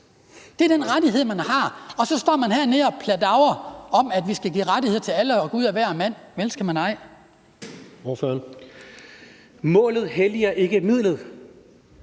Det er den rettighed, man har. Og så står man hernede og plaprer om, at vi skal give rettigheder til alle og gud og hver mand. Vel skal man ej! Kl. 13:25 Tredje